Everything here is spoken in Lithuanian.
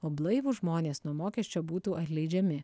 o blaivūs žmonės nuo mokesčio būtų atleidžiami